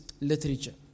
literature